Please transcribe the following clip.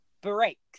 breaks